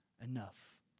enough